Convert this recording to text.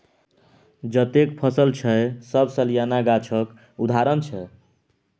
जतेक फसल छै सब सलियाना गाछक उदाहरण छै